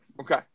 Okay